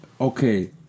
Okay